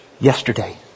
yesterday